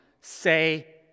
say